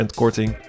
korting